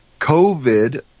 covid